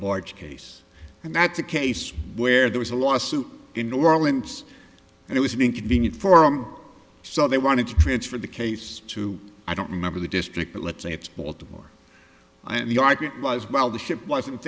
barge case and that's a case where there was a lawsuit in new orleans and it was an inconvenient forum so they wanted to transfer the case to i don't remember the district but let's say it's baltimore and the argument was well the ship wasn't